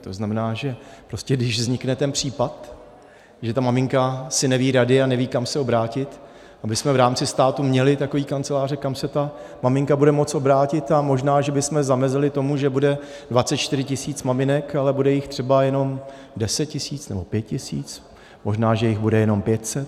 To znamená, že když vznikne ten případ, že ta maminka si neví rady a neví, kam se obrátit, abychom v rámci státu měli takové kanceláře, kam se ta maminka bude moci obrátit, a možná že bychom zamezili tomu, že bude 24 tisíc maminek, ale bude jich třeba jenom 10 tisíc, nebo 5 tisíc, možná že jich bude jenom 500.